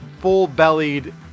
full-bellied